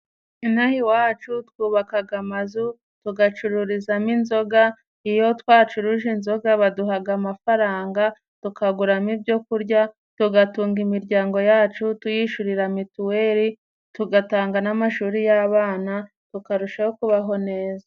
Inaha iwacu twubakaga amazu, tugacururizamo inzoga, iyo twacuruje inzoga, baduhaga amafaranga tukaguramo ibyo kurya tugatunga imiryango yacu tuyishurira mituweri, tugatanga n'amashuri y'abana tukarushaho kubaho neza.